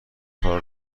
فرا